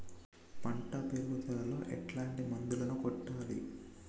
పంట పెరుగుదలలో ఎట్లాంటి మందులను కొట్టాలి?